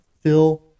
Phil